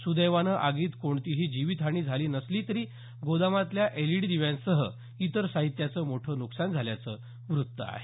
सुदैवानं आगीत कोणतीही जीवित हानी झाली नसली तरी गोदामातल्या एलईडी दिव्यांसह इतर साहित्याचं मोठं नुकसान झाल्याचं वृत्त आहे